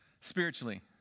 Spiritually